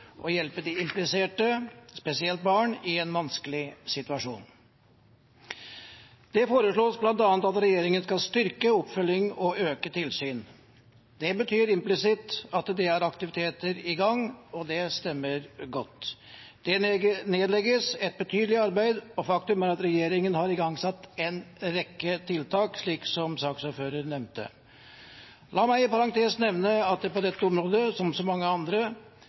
og hjelpe de impliserte, spesielt barn, i en vanskelig situasjon. Det foreslås bl.a. at regjeringen skal styrke oppfølgingen og øke tilsynet. Det betyr implisitt at det er aktiviteter i gang, og det stemmer godt. Det nedlegges et betydelig arbeid, og faktum er at regjeringen har igangsatt en rekke tiltak, slik som saksordføreren nevnte. La meg i parentes nevne at på dette området på som så mange andre